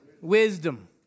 Wisdom